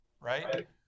right